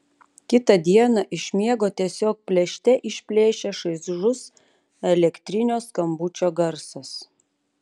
kitą dieną iš miego tiesiog plėšte išplėšia šaižus elektrinio skambučio garsas